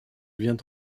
vient